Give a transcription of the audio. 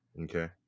Okay